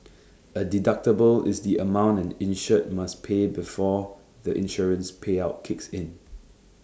A deductible is the amount an insured must pay before the insurance payout kicks in